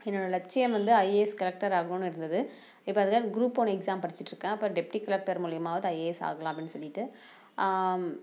என்னோடய லட்சியம் வந்து ஐஏஎஸ் கலெக்டர் ஆகணும்னு இருந்தது இப்போ அதுக்காக குரூப் ஒன் எக்ஸாம் படிச்சுட்டிருக்கேன் அப்புறம் டெப்டி கலெட்டர் மூலயமாவது ஐஏஎஸ் ஆகலாம் அப்படினு சொல்லிவிட்டு